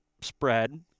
spread